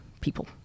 people